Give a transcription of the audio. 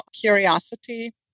curiosity